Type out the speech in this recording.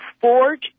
forge